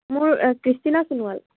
মোৰ কৃষ্টিনা সোণোৱাল